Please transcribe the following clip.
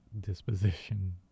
Disposition